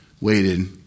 waited